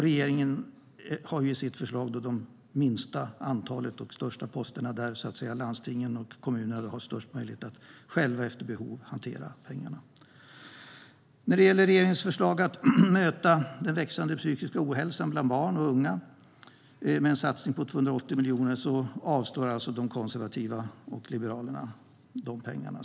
Regeringen har i sitt förslag det minsta antalet och de största posterna där landstingen och kommunerna har störst möjlighet att själva styra efter behov. När det gäller regeringens förslag att möta den växande psykiska ohälsan bland barn och unga med en satsning på 280 miljoner avstyrks det av de konservativa och Liberalerna.